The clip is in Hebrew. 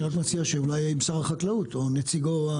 אני רק מציע שאולי עם שר החקלאות או נציגו המוסמך.